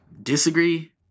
disagree